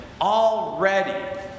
already